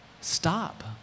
stop